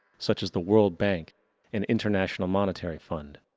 such as the world bank and international monetary fund